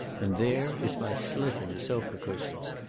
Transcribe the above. and there is my slit in the sofa cushions.